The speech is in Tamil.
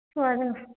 ஸோ அதான்